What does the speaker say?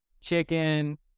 chicken